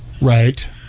Right